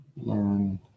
learn